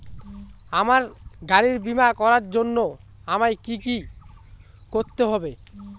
আমার গাড়ির বীমা করার জন্য আমায় কি কী করতে হবে?